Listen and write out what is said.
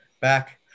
back